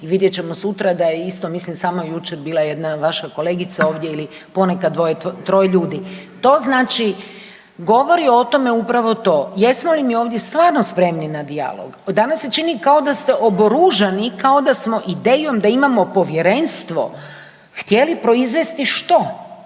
vidjet ćemo sutra da je isto mislim, samo jučer bila jedna vaša kolegica ovdje ili poneka dvoje, troje ljudi, to znači govori o tome upravo to, jesmo li mi ovdje stvarno spremni na dijalog. Danas se čini kao da ste oboružani, kao da smo idejom da imamo povjerenstvo htjeli proizvesti, što?